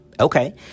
Okay